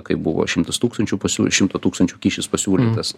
kaip buvo šimtas tūkstančių pasiū šimto tūkstančių kyšis pasiūlytas